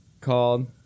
called